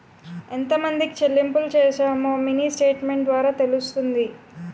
ఎంతమందికి చెల్లింపులు చేశామో మినీ స్టేట్మెంట్ ద్వారా తెలుస్తుంది